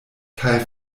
kaj